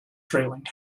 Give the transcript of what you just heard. trailing